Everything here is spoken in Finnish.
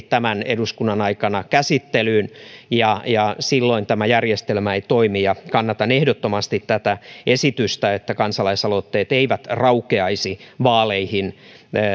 tämän eduskunnan aikana käsittelyyn ja ja silloin tämä järjestelmä ei toimi kannatan ehdottomasti tätä esitystä että kansalaisaloitteet eivät raukeaisi vaaleihin